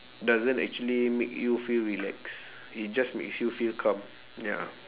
doesn't actually make you feel relax it just makes you feel calm ya